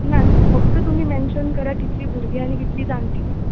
ना ना फक्त तुमी मेनशन करां कितली भुरगीं आनी कितली जाण्टीं तीं